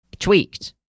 tweaked